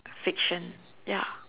fiction ya